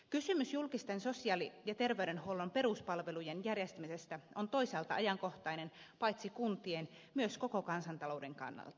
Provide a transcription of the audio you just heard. kysymys julkisten sosiaali ja terveydenhuollon peruspalvelujen järjestämisestä on toisaalta ajankohtainen paitsi kuntien myös koko kansantalouden kannalta